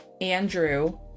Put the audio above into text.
Andrew